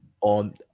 on